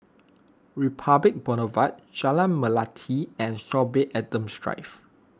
Republic Boulevard Jalan Melati and Sorby Adams Drive